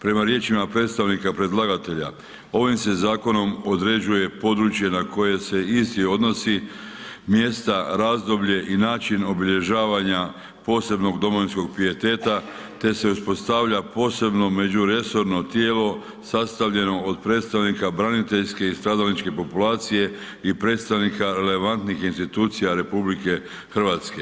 Prema riječima predstavnika predlagatelja ovim se zakonom određuje područje na koje se isti odnosi mjesta, razdoblje i način obilježavanja posebnog domovinskog pijeteta, te se uspostavlja posebno međuresorno tijelo sastavljeno od predstavnika braniteljske i stradalničke populacije i predstavnika relevantnih institucija RH.